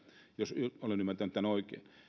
jos olen ymmärtänyt oikein